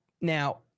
Now